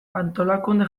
antolakunde